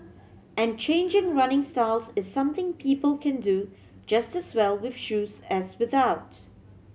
and changing running styles is something people can do just as well with shoes as without